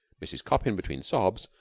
mrs. coppin, between sobs,